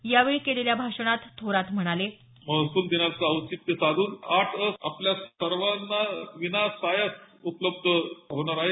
यावेळी केलेल्या भाषणात थोरात म्हणाले महसूल दिनाचं औचित्य साधून आठ अ आपल्या सर्वांना विना सायस उपलब्ध होणार आहेत